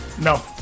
No